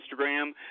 Instagram